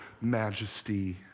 majesty